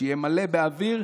שיהיה מלא באוויר.